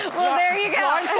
well, there you go.